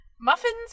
muffins